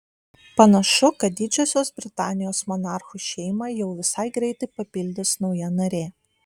panašu kad didžiosios britanijos monarchų šeimą jau visai greitai papildys nauja narė